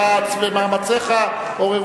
בעד, 12, 45 נגד ונמנע אחד.